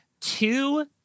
Two